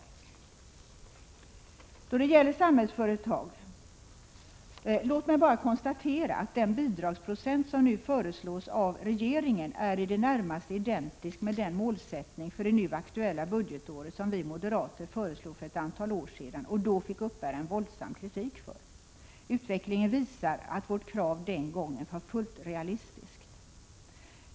Låt mig då det gäller Samhällsföretag konstatera att den bidragsprocent som nu föreslås av regeringen i det närmaste är identisk med den målsättning för det nu aktuella budgetåret, som vi moderater föreslog för ett antal år sedan och då fick uppbära en våldsam kritik för. Utvecklingen visar att vårt krav den gången var fullt realistiskt.